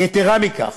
יתרה מכך,